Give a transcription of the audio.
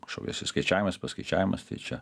kašokiais išskaičiavimas paskaičiavimas tai čia